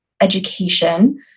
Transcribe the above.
education